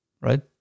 right